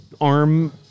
arm